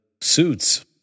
suits